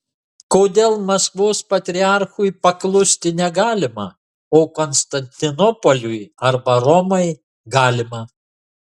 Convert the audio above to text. kodėl maskvos patriarchui paklusti negalima o konstantinopoliui arba romai galima